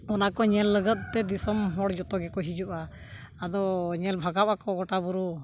ᱚᱱᱟ ᱠᱚ ᱧᱮᱞ ᱞᱟᱹᱜᱤᱫ ᱛᱮ ᱫᱤᱥᱚᱢ ᱦᱚᱲ ᱡᱚᱛᱚ ᱜᱮᱠᱚ ᱦᱤᱡᱩᱜᱼᱟ ᱟᱫᱚ ᱧᱮᱞ ᱵᱷᱟᱜᱟᱜᱼᱟᱠᱚ ᱜᱚᱴᱟ ᱵᱩᱨᱩ